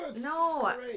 no